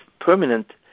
permanent